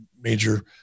major